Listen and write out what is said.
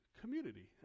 community